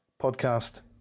podcast